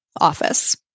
office